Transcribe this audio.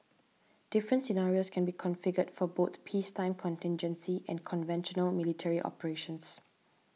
different scenarios can be configured for both peacetime contingency and conventional military operations